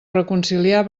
reconciliar